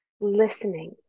listening